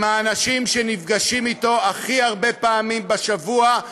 האנשים שנפגשים אתו הכי הרבה פעמים בשבוע,